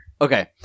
Okay